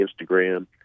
Instagram